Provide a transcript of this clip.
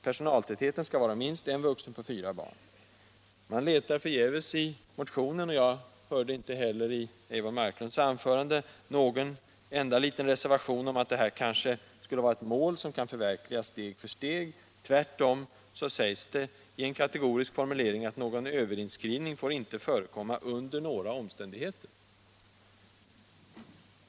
Personaltätheten skall vara minst en vuxen på fyra barn. Jag letar förgäves i motionen, och jag hörde inte heller någonting sådant i Eivor Marklunds anförande, efter någon enda liten reservation om att det här är ett mål som skall förverkligas steg för steg. Tvärtom sägs det i en kategorisk formulering att någon överinskrivning får inte förekomma under några omständigheter.